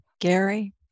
Gary